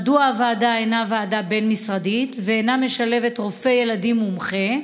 1. מדוע הוועדה אינה ועדה בין-משרדית ואינה משלבת רופא ילדים מומחה?